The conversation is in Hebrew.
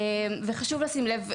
חשוב לשים לב.